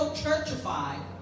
churchified